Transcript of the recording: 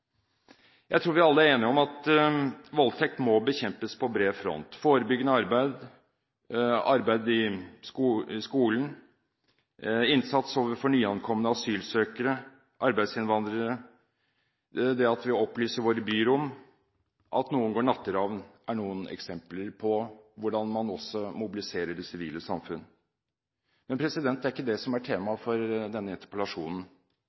Jeg tror vi alle er enige om at voldtekt må bekjempes på bred front. Forebyggende arbeid i skolen, innsats overfor nyankomne asylsøkere og arbeidsinnvandrere, det at vi opplyser våre byrom og at noen går natteravn, er noen eksempler på hvordan man også mobiliserer det sivile samfunn. Men det er ikke det som er temaet for denne interpellasjonen.